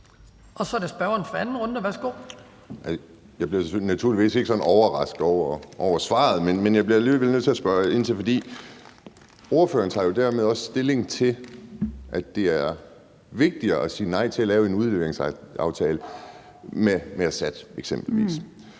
Kl. 12:27 Kim Edberg Andersen (NB): Jeg bliver naturligvis ikke sådan overrasket over svaret, men jeg bliver alligevel nødt til at spørge ind til det. For ordføreren tager jo dermed også stilling til, at det er vigtigere at sige nej til at lave en udleveringsaftale med eksempelvis